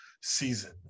season